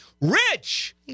rich